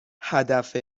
هدف